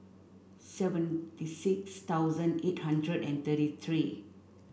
seventy six thousand eight hundred and thirty three